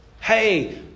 Hey